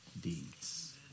deeds